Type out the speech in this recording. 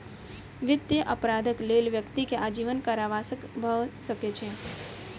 वित्तीय अपराधक लेल व्यक्ति के आजीवन कारावास भ सकै छै